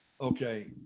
Okay